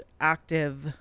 active